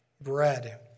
bread